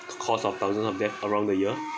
c~ cause of thousands of death around the year